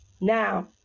Now